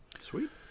Sweet